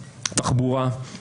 התחבורה,